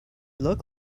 look